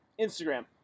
Instagram